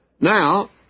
Now